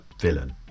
villain